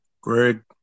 Greg